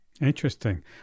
Interesting